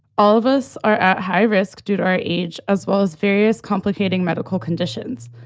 all of us are at high risk due to our age, as well as various complicating medical conditions.